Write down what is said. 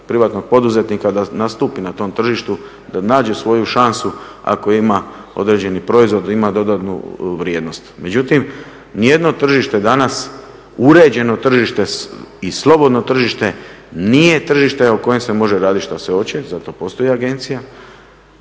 privatnog poduzetnika da nastupi na tom tržištu, da nađe svoju šansu ako ima određeni proizvod, da ima dodatnu vrijednost. Međutim, ni jedno tržište danas, uređeno tržište i slobodno tržište nije tržište u kojem se može raditi što se hoće, zato postoji agencija